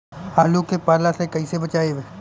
आलु के पाला से कईसे बचाईब?